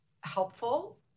helpful